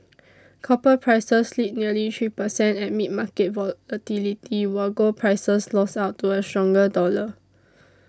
copper prices slid nearly three percent amid market volatility while gold prices lost out to a stronger dollar